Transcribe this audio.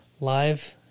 live